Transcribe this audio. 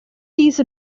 these